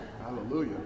Hallelujah